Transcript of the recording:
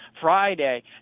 Friday